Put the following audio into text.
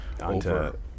over